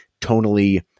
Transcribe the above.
tonally